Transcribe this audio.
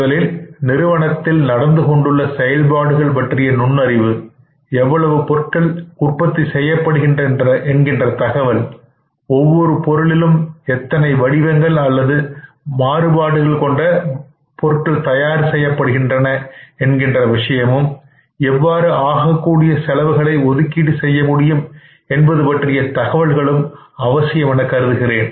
முதலில் நிறுவனத்தில் நடந்து கொண்டுள்ள செயல்பாடுகள் பற்றிய நுண்ணறிவு எவ்வளவு பொருட்கள் உற்பத்தி செய்யப்படுகின்றன என்கின்ற தகவலும் ஒவ்வொரு பொருளிலும் எத்தனை வடிவங்கள் அல்லது மாற்றங்கள் கொண்டு பொருட்கள் தயார் செய்யப்படுகின்றன என்கின்ற விஷயமும் எவ்வாறு ஆகக்கூடிய செலவுகளைஒதுக்கீடு செய்ய முடியும் என்பது பற்றிய தகவல்களும் அவசியம் என கருதுகிறேன்